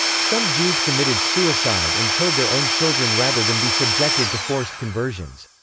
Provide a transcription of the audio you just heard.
some jews committed suicide and killed their own children rather than be subjected to forced conversions.